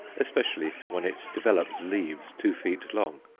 especially when it develops leaves two feet long.